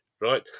right